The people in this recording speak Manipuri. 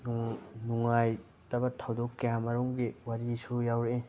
ꯅꯨꯉꯥꯏꯇꯕ ꯊꯧꯗꯣꯛ ꯀꯌꯥꯃꯔꯨꯝꯒꯤ ꯋꯥꯔꯤꯁꯨ ꯌꯥꯎꯔꯛꯏ